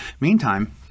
Meantime